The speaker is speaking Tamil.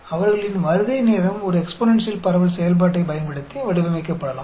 அவர்களின் வருகை நேரம் ஒரு எக்ஸ்பொனென்ஷியல் பரவல் செயல்பாட்டைப் பயன்படுத்தி வடிவமைக்கப்படலாம்